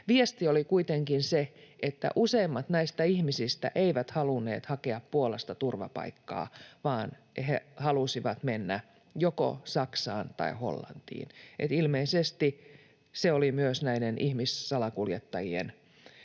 Viesti oli kuitenkin se, että useimmat näistä ihmisistä eivät halunneet hakea Puolasta turvapaikkaa vaan he halusivat mennä joko Saksaan tai Hollantiin, eli ilmeisesti se oli myös näiden ihmissalakuljettajien